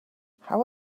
how